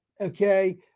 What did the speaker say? Okay